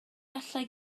allai